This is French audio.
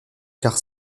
car